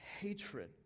hatred